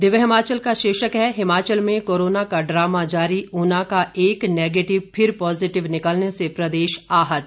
दिव्य हिमाचल का शीर्षक है हिमाचल में कोरोना का ड्रामा जारी ऊना का एक नेगेटिव फिर पॉजिटिव निकलने से प्रदेश आहत